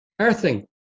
Earthing